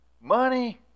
Money